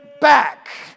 back